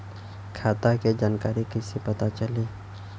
खाता के जानकारी कइसे पता चली?